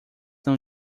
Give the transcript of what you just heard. não